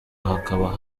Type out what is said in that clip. hakaba